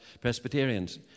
Presbyterians